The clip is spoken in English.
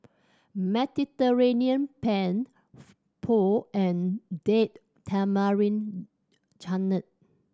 Mediterranean Penne Pho and Date Tamarind Chutney